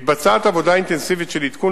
מתבצעת עבודה אינטנסיבית של עדכון